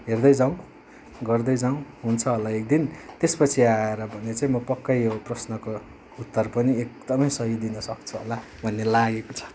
हेर्दै जाऊँ गर्दै जाऊँ हुन्छ होला एक दिन त्यसपछि आएर भने चाहिँ म पक्कै यो प्रश्नको उत्तर पनि एकदमै सही दिनसक्छु होला भन्ने लागेको छ